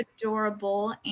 adorable